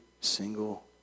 single